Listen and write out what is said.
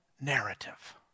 narrative